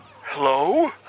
Hello